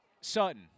Sutton